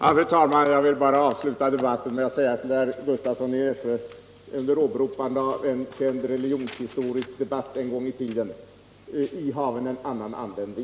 Fru talman! Jag vill avsluta det här meningsutbytet med att till herr Gustavsson i Nässjö under åberopande av en religionshistorisk debatt en gång i tiden säga: I haven en annan ande än vi.